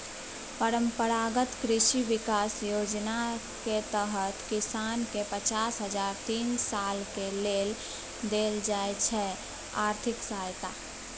परंपरागत कृषि बिकास योजनाक तहत किसानकेँ पचास हजार तीन सालक लेल देल जाइ छै आर्थिक सहायता